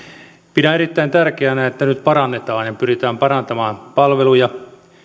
pidän erittäin tärkeänä että nyt parannetaan ja pyritään parantamaan palveluja